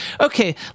okay